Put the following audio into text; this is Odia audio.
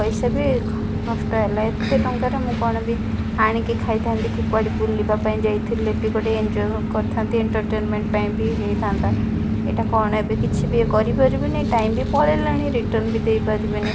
ପଇସା ବି ନଷ୍ଟ ହେଲା ଏତେ ଟଙ୍କାରେ ମୁଁ କଣ ବି ଆଣିକି ଖାଇଥାନ୍ତି କି କୁଆଡ଼େ ବୁଲିବା ପାଇଁ ଯାଇଥିଲେ ବି ଗୋଟିଏ ଏଞ୍ଜୟ କରିଥାନ୍ତି ଏଣ୍ଟରଟେନମେଣ୍ଟ ପାଇଁ ବି ହୋଇଥାନ୍ତା ଏଇଟା କ'ଣ ଏବେ କିଛି ବି କରି ପାରିବିନି ଟାଇମ ବି ପଳେଇଲାଣି ରିଟର୍ନ ବି ଦେଇପାରିବିନି